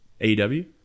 AEW